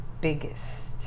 biggest